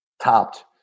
topped